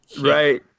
Right